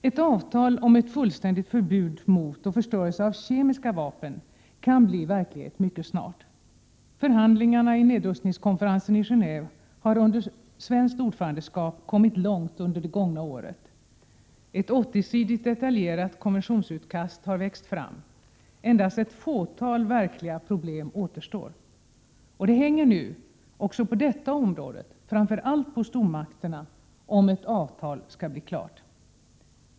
Ett avtal om ständigt förbud mot och förstörelse av kemiska vapen kan bli verklighet mycket snart. Förhandlingarna i nedrustningskonferensen i Genéve har, under svenskt ordförandeskap, kommit långt under de gångna året. Ett 80-sidigt detaljerat konventionsutkast har växt fram. Endast ett fåtal verkliga problem återstår. Det hänger nu, också på detta område, framför allt på stormakterna om ett avtal skall bli klart.